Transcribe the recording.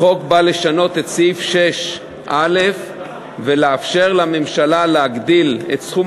החוק בא לשנות את סעיף 6א ולאפשר לממשלה להגדיל את סכום